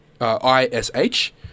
i-s-h